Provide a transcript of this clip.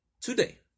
today